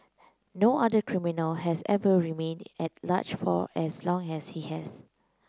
no other criminal has ever remained at large for as long as he has